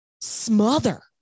smother